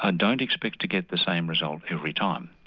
ah don't expect to get the same result every time.